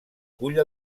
cull